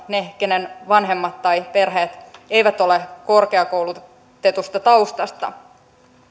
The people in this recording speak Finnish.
ne keiden vanhemmat tai perheet eivät ole korkeakoulutetusta taustasta